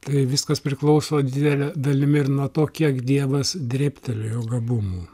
tai viskas priklauso didele dalimi ir nuo to kiek dievas drėbtelėjo gabumų